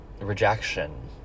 rejection